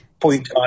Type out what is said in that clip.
point